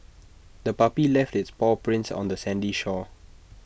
the puppy left its paw prints on the sandy shore